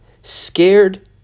scared